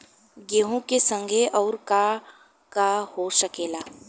गेहूँ के संगे आऊर का का हो सकेला?